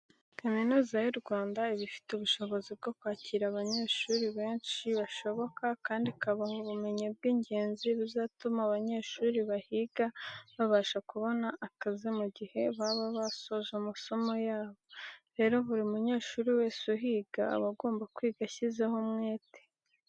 Kaminuza y'u Rwanda iba ifite ubushobozi bwo kwakira abanyeshuri benshi bashoboka kandi ikabaha ubumenyi bw'ingenzi buzatuma abanyeshuri bahiga babasha kubona akazi mu gihe baba basoje amasomo yabo. Rero buri munyeshuri wese uhiga aba agomba kwiga ashyizeho umwete.